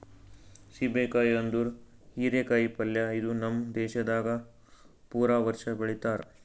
ಸೀಬೆ ಕಾಯಿ ಅಂದುರ್ ಹೀರಿ ಕಾಯಿ ಪಲ್ಯ ಇದು ನಮ್ ದೇಶದಾಗ್ ಪೂರಾ ವರ್ಷ ಬೆಳಿತಾರ್